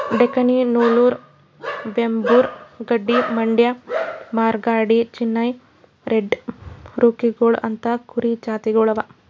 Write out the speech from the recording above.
Deccani, Nellore, Vembur, Gaddi, Mandya, Marwari, Chennai red ಕೂರಿಗೊಳ್ ಅಂತಾ ಕುರಿ ಜಾತಿಗೊಳ್ ಅವಾ